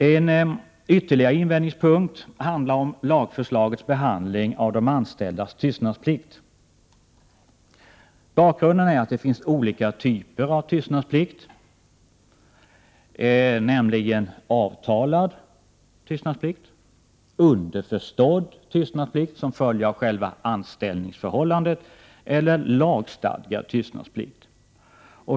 En ytterligare invändningspunkt handlar om behandlingen i lagförslaget av de anställdas tystnadsplikt. Bakgrunden är att det finns olika typer av tystnadsplikt, nämligen avtalad, underförstådd, som följer av själva anställningsförhållandet, eller lagstadgad sådan.